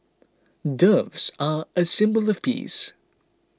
doves are a symbol of the peace